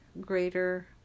greater